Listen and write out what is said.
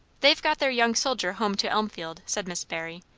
they've got their young soldier home to elmfield, said miss barry.